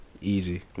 easy